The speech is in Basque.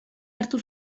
hartu